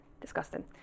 Disgusting